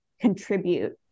contribute